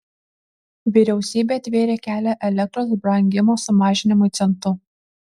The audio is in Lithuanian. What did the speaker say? vyriausybė atvėrė kelią elektros brangimo sumažinimui centu